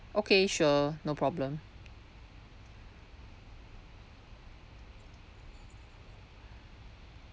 okay sure no problem